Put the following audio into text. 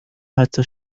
حتی